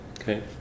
okay